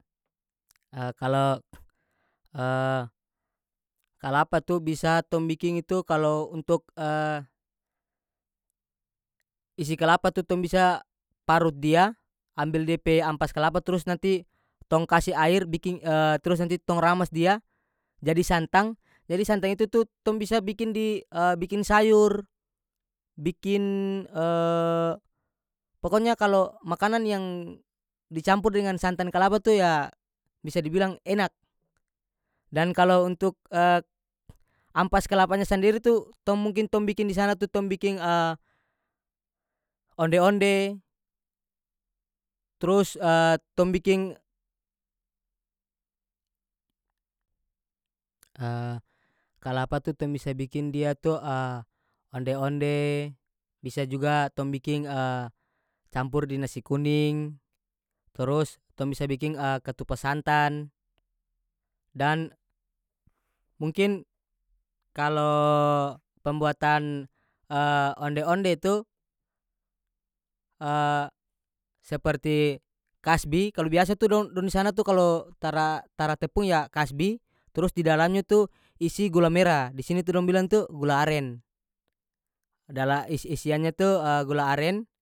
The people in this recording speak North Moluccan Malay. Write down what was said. kalo kalapa tu bisa tong biking itu kalo untuk isi kalapa tu tong bisa parut dia ambel dia pe ampas kalapa trus nanti tong kasi air biking trus nanti tong ramas dia jadi santang jadi santang itu tu tong bisa bikin di bikin sayur bikin pokonya kalo makanan yang dicampur dengan santan kalapa tu ya bisa dibilang enak dan kalo untuk ampas kalapanya sendiri tu tong mungkin tong bikin di sana tu tong bikin onde-onde trus tong bikin kalapa tu tong bisa bikin dia to onde-onde bisa juga tong biking campur di nasi kuning turus tong bisa biking ketupa santan dan mungkin kalo pembuatan onde-onde tu seperti kasbi kalu biasa tu dong- dong di sana tu kalo tara- tara tepung ya kasbi trus di dalamnya tu isi gula mera di sini tu dong bilang tu gula aren dala isi isiannya tu gula aren.